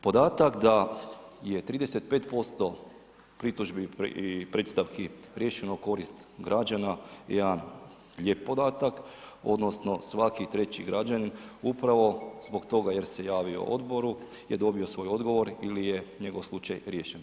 Podatak da je 35% pritužbi i predstavki riješeno u korist građana je jedan lijep podatak odnosno svaki treći građanin upravo zbog toga jer se javio odboru je dobio svoj odgovor ili je njegov slučaj riješen.